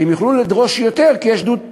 כי הם יוכלו לדרוש יותר, כי יש דוד שמש.